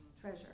treasure